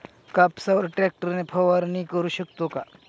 कापसावर ट्रॅक्टर ने फवारणी करु शकतो का?